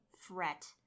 fret